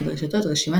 לפי דרישתו,